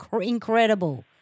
incredible